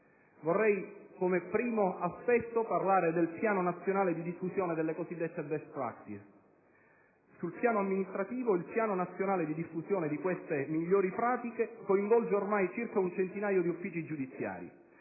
Come primo aspetto, vorrei parlare del piano nazionale di diffusione delle cosiddette *best practices*. Sul piano amministrativo, il piano nazionale di diffusione di queste migliori pratiche coinvolge ormai circa un centinaio di uffici giudiziari.